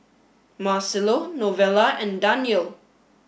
Marcelo Novella and Danyel